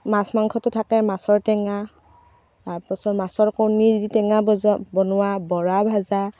মাছ মাংসতো থাকেই মাছৰ টেঙা তাৰপাছত মাছৰ কণীৰ যি টেঙা বজা বনোৱা বৰা ভজা